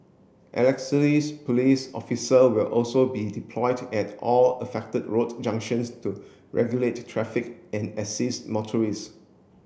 police officers will also be deployed at all affected road junctions to regulate traffic and assist motorist